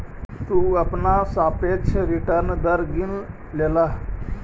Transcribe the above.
तु अपना सापेक्ष रिटर्न दर गिन लेलह